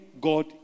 God